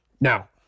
Now